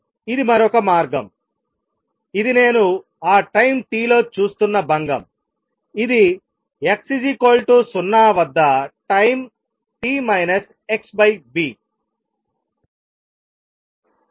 ఇది మరొక మార్గం ఇది నేను ఆ టైం t లో చూస్తున్న భంగంఇది x 0 వద్ద టైం t - xv